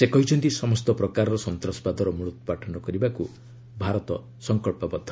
ସେ କହିଛନ୍ତି ସମସ୍ତ ପ୍ରକାରର ସନ୍ତାସବାଦର ମୃଳୋତ୍ପାଟନ କରିବାକୁ ଭାରତ ସଂକଳ୍ପବଦ୍ଧ